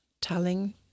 telling